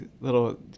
little